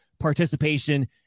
participation